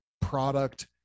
product